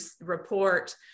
report